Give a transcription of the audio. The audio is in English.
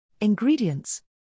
Ingredients